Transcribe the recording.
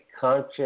conscious